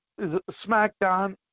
SmackDown